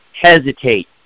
hesitate